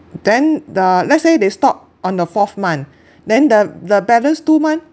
then the let's say they stop on the fourth month then the the balance two month